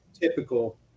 typical